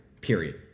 period